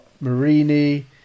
Marini